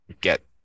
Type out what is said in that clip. get